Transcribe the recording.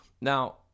Now